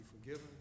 forgiven